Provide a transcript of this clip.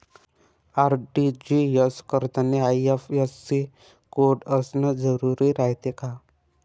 RTGS करतांनी IFSC code असन जरुरी रायते का?